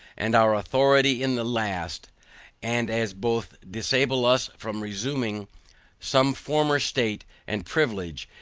and our authority in the last and as both disable us from reassuming some former state and privilege,